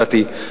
לדעתי,